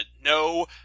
no